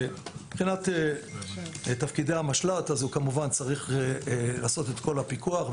מבחינת תפקידי המשל"ט הוא צריך לעשות את כל הפיקוח,